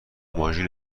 ماژول